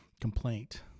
complaint